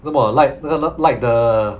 做么 light 那个 light 的